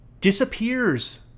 disappears